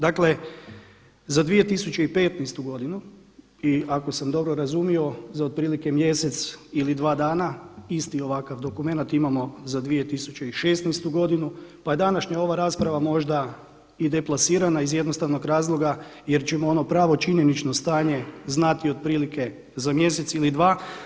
Dakle, za 2015. godinu i ako sam dobro razumio za otprilike mjesec ili dva dana isti ovakav dokumenat imamo za 2016. godinu, pa je današnja ova rasprava možda i deplasirana iz jednostavnog razloga jer ćemo ono pravo činjenično stanje znati otprilike za mjesec ili dva.